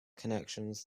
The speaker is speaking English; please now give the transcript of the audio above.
connections